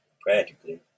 practically